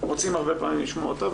רוצים הרבה פעמים לשמוע אותה.